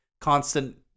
constant